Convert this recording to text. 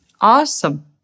Awesome